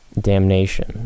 Damnation